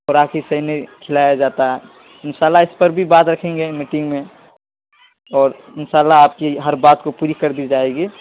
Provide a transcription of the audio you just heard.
خوراکی صحیح نہیں کھلایا جاتا ہے ان شاء اللہ اس پر بھی بات رکھیں گے میٹنگ میں اور ان شاء اللہ آپ کی ہر بات کو پوری کردی جائے گی